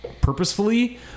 purposefully